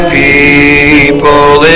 people